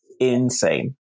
insane